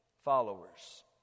followers